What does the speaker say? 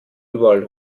überall